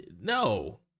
No